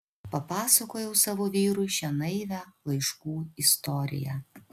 papasakojau savo vyrui šią naivią laiškų istoriją